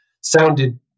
sounded